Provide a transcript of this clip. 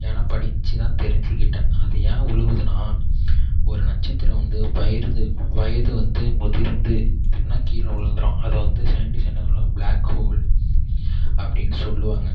ஏன்னால் படிச்சுதான் தெரிஞ்சுகிட்டேன் அது ஏன் விழுவுதுன்னா ஒரு நட்சத்திரம் வந்து வயது முதிர்ந்துன்னே கீழே விழுந்துடும் அதை வந்து சயின்டிஸ்ட் என்ன சொல்லுவாங்கன்னால் பிளாக் ஹோல் அப்படினு சொல்லுவாங்க